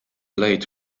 late